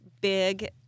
big